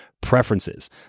preferences